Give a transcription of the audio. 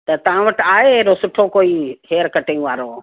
त तव्हां वटि आहे अहिड़ो सुठो कोई हेयर कटिंग वारो